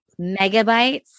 Megabytes